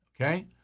Okay